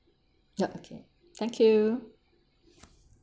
yup okay thank you